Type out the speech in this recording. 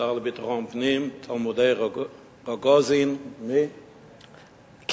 השר לביטחון פנים, תלמידי "רוגוזין" קריית-גת,